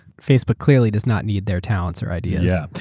facebook clearly does not need their talents or ideas. yeah,